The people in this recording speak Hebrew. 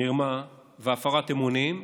מרמה והפרת אמונים.